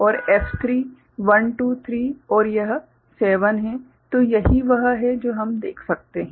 और F3 1 2 3 और यह 7 है तो यही वह है जो हम देख सकते हैं